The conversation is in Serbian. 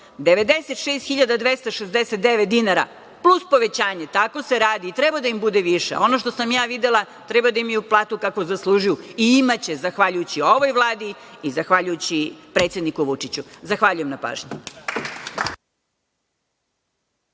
96.269,00 dinara plus povećanje. Tako se radi i treba da im bude više. Ono što sam ja videla, treba da imaju kakvu zaslužuju i imaće zahvaljujući ovoj Vladi i zahvaljujući predsedniku Vučiću. Zahvaljujem na pažnji.